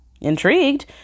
Intrigued